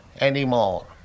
anymore